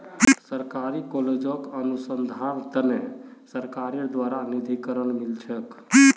सरकारी कॉलेजक अनुसंधानेर त न सरकारेर द्बारे निधीकरण मिल छेक